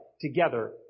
together